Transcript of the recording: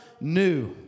new